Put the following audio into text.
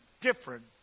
different